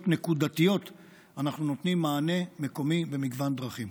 נקודתיות אנחנו נותנים מענה מקומי במגוון דרכים.